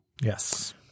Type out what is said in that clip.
Yes